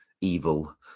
evil